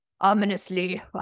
ominously